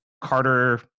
Carter